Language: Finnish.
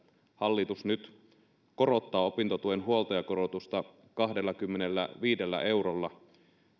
hallitus nyt korottaa opintotuen huoltajakorotusta kahdellakymmenelläviidellä eurolla